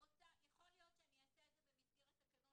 יכול להיות שאני אעשה את זה במסגרת תקנות